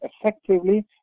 effectively